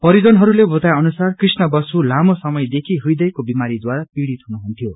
परीजनहरूले बताए अनुसार कृष्णा बसु लामो समय देखि हृदयको बिमारीद्वारा पीड़ित हुनुहुन्थ्यो